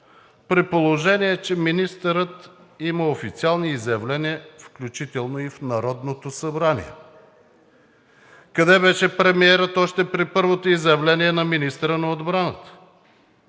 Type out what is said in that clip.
при положение че министърът има официални изявления, включително и в Народното събрание. Къде беше премиерът още при първото изявление на министъра на отбраната?